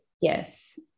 yes